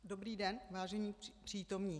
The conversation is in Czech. Dobrý den, vážení přítomní.